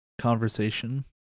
conversation